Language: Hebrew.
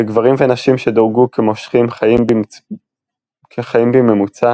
וגברים ונשים שדורגו כמושכים חיים בממוצע